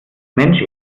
mensch